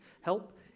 help